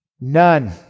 None